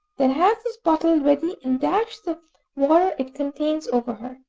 then have this bottle ready, and dash the water it contains over her,